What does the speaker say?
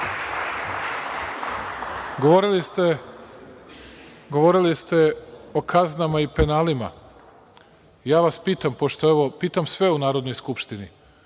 Vladu. Govorili ste o kaznama i penalima. Ja vas pitam, pitam sve u Narodnoj skupštini